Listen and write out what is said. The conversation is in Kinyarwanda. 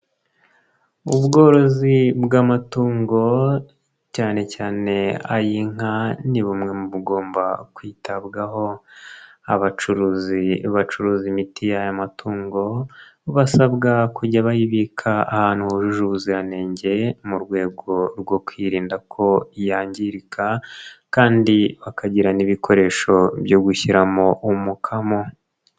Ubworozi bw'amatungo cyane cyane ay'inka ni bumwe mu bugomba kwitabwaho abacuruzi bacuruza imiti y'aya matungo basabwa kujya bayibika ahantu hujuje ubuziranenge mu rwego rwo kwirinda ko yangirika kandi bakagira n'ibikoresho byo gushyiramo umukamo.